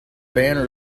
band